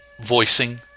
voicing